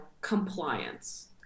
compliance